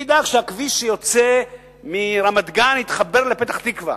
מי ידאג שהכביש שיוצא מרמת-גן יתחבר לפתח-תקווה?